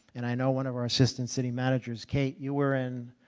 and i know one of our assistant city manager's, kate. you were in